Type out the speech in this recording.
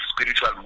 spiritual